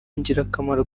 ingirakamaro